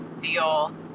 deal